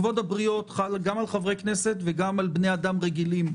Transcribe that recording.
כבוד הבריות חל גם על חברי כנסת וגם על בני אדם רגילים.